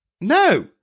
No